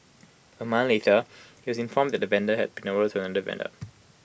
A month later he was informed that the tender had been awarded to another vendor